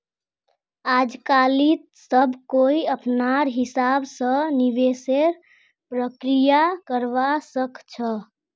आजकालित सब कोई अपनार हिसाब स निवेशेर प्रक्रिया करवा सख छ